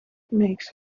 makes